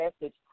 message